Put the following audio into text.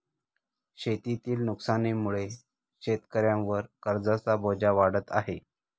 शेतीतील नुकसानीमुळे शेतकऱ्यांवर कर्जाचा बोजा वाढत आहे